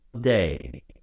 day